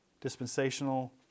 dispensational